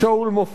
גם הוא,